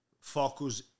focus